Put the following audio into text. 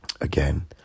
Again